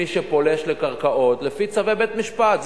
מי שפולש לקרקעות לפי צווי בית-משפט.